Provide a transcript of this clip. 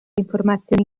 informazioni